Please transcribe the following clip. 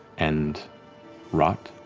and rot.